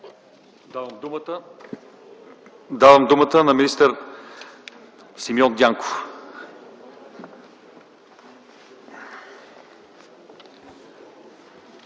Давам думата на министър Симеон Дянков.